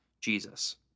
Jesus